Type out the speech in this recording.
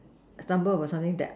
stumble upon something that